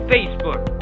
Facebook